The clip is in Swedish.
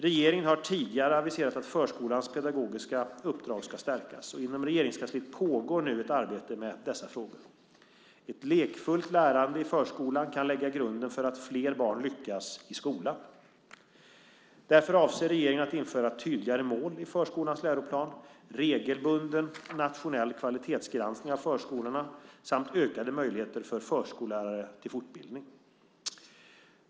Regeringen har tidigare aviserat att förskolans pedagogiska uppdrag ska stärkas. Inom Regeringskansliet pågår nu ett arbete med dessa frågor. Ett lekfullt lärande i förskolan kan lägga grunden för att fler barn lyckas i skolan. Därför avser regeringen att införa tydligare mål i förskolans läroplan, regelbunden nationell kvalitetsgranskning av förskolorna samt ökade möjligheter för förskollärare till fortbildning.